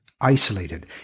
isolated